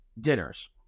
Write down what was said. dinners